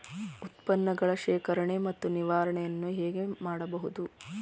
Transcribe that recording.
ಉತ್ಪನ್ನಗಳ ಶೇಖರಣೆ ಮತ್ತು ನಿವಾರಣೆಯನ್ನು ಹೇಗೆ ಮಾಡಬಹುದು?